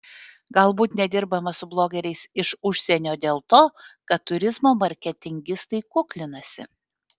galbūt nedirbama su blogeriais iš užsienio dėl to kad turizmo marketingistai kuklinasi